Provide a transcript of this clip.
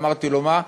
אמרתי לו: מה?